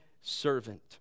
servant